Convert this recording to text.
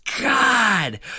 God